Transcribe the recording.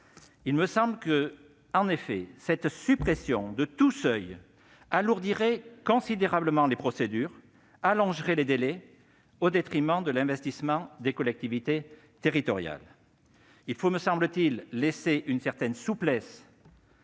Il me semble en effet que la suppression de tout seuil alourdirait considérablement la procédure et en allongerait les délais, au détriment de l'investissement des collectivités territoriales. Il faut, me semble-t-il, laisser aux préfets une certaine souplesse,